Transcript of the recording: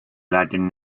latin